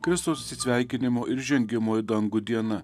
kristaus atsisveikinimo ir žengimo į dangų diena